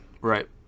right